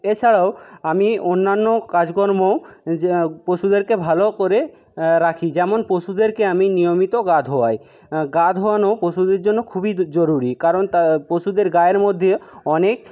এছাড়াও আমি অন্যান্য কাজকর্ম য্যা পশুদেরকে ভালো করে রাখি যেমন পশুদেরকে আমি নিয়মিত গা ধোয়াই গা ধোয়ানো পশুদের জন্য খুবই জরুরি কারণ তা পশুদের গায়ের মধ্যে অনেক